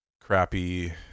crappy